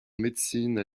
médecine